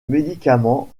médicament